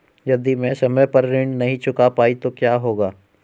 यदि मैं समय पर ऋण नहीं चुका पाई तो क्या होगा?